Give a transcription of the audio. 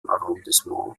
arrondissement